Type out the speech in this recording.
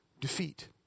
defeat